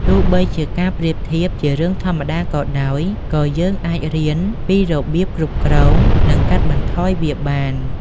ទោះបីជាការប្រៀបធៀបជារឿងធម្មតាក៏ដោយ ក៏យើងអាចរៀនពីរបៀបគ្រប់គ្រង និងកាត់បន្ថយវាបាន។